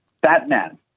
Batman